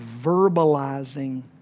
verbalizing